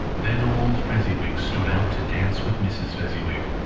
then old fezziwig stood out to dance with mrs. fezziwig.